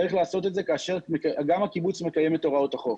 צריך לעשות את זה כאשר גם הקיבוץ מקיים את הוראות החוק